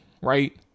right